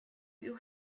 you